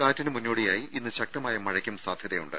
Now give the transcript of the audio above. കാറ്റിന് മുന്നോടിയായി ഇന്ന് ശക്തമായ മഴക്കും സാധ്യതയുണ്ട്